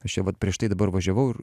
aš čia vat prieš tai dabar važiavau ir